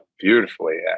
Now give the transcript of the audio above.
beautifully